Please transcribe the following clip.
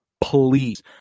Please